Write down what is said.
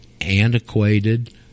antiquated